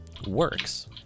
works